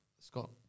Scott